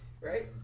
right